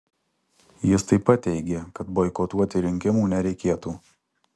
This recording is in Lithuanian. jis taip pat teigė kad boikotuoti rinkimų nereikėtų